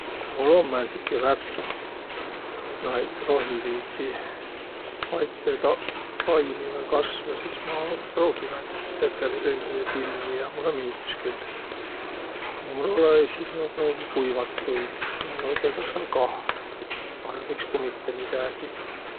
Ku mul um määntsiki värskit naid rohiliidsi maitsõta- -taimi vai kasvõ, sis ma pruugi naid. Peterselli ja tilli ja mullõ miildüs külh. A ku mul olõ-õi, sis ma pruugi kuivatuid ja noidõga saa kah. Parõmb iks ku mitte midägi.